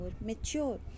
mature